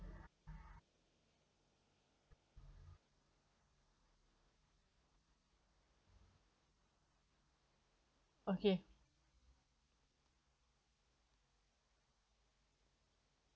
okay